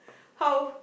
how